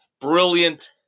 Brilliant